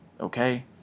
okay